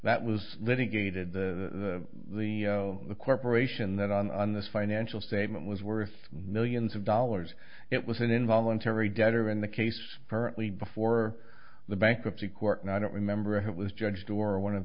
that was litigated the the the corporation that on this financial statement was worth millions of dollars it was an involuntary debtor in the case apparently before the bankruptcy court and i don't remember how it was judged or one of